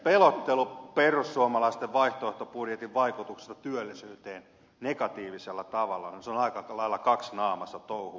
pelottelu perussuomalaisten vaihtoehtobudjetin vaikutuksista työllisyyteen negatiivisella tavalla on aika lailla kaksinaamaista touhua